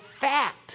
fact